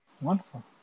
Wonderful